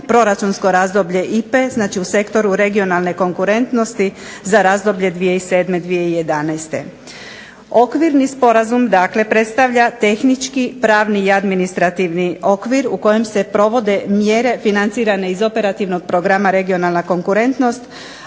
proračunsko razdoblje IPA-e, znači u sektoru regionalne konkurentnosti za razdoblje 2007. do 2011. Okvirni Sporazum predstavlja tehnički pravni administrativni okvir u kojem se provode mjere financirane iz operativnog programa regionalna konkurentnost,